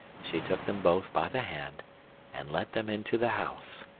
she took them both by the hand and let them into the house,